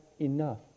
enough